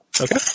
Okay